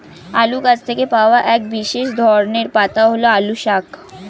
আলু গাছ থেকে পাওয়া এক বিশেষ ধরনের পাতা হল আলু শাক